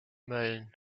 mölln